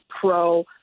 pro